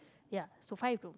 ya so five room